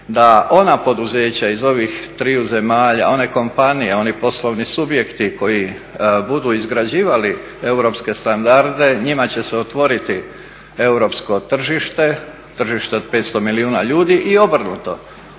da ona poduzeća iz ovih triju zemalja, one kompanije, oni poslovni subjekti koji budu izgrađivali europske standarde njima će se otvoriti europsko tržište, tržište od 500 milijuna ljudi i obrnuto.